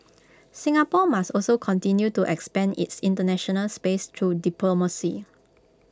Singapore must also continue to expand its International space through diplomacy